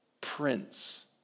prince